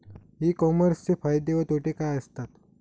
E कॉमर्सचे फायदे व तोटे काय असतात?